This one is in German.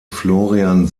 florian